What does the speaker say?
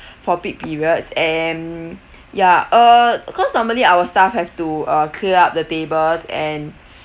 for peak periods and ya uh cause normally our staff have to uh clear up the tables and